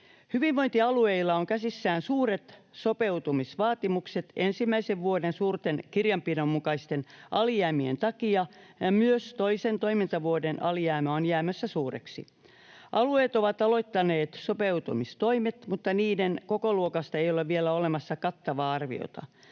Hyvinvointialueilla on käsissään suuret sopeutumisvaatimukset ensimmäisen vuoden suurten kirjanpidon mukaisten alijäämien takia, ja myös toisen toimintavuoden alijäämä on jäämässä suureksi. Alueet ovat aloittaneet sopeutumistoimet, mutta niiden kokoluokasta ei ole vielä olemassa kattavaa arviota.